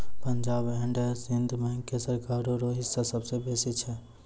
Punjab and Sind bank मे सरकारो रो हिस्सा सबसे बेसी छै